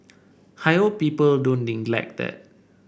I hope people don't neglect that